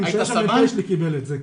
אני משער שהמ"פ שלי קיבל את זה.